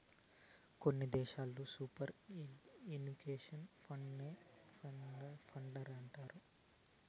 కొన్ని దేశాల్లో superannuation ఫండేనే పెన్సన్ ఫండంటారు